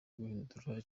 guhindura